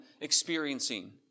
experiencing